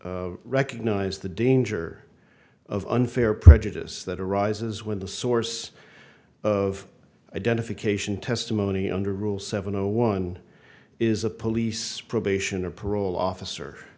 recognized the danger of unfair prejudice that arises when the source of identification testimony under rule seven zero one is a police probation or parole officer